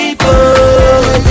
people